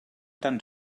tan